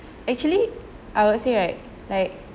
actually I would say right like